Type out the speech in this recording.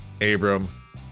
Abram